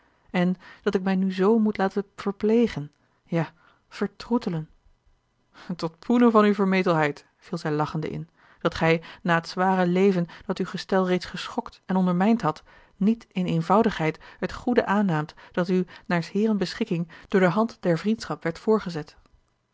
en dat ik mij nu z moet laten verplegen ja vertroetelen tot poene van uwe vermetelheid viel zij lachende in dat gij na het zware leven dat uw gestel reeds geschokt en ondermijnd had niet in eenvoudigheid het goede aannaamt dat u naar s heeren beschikking door de hand der vriendschap werd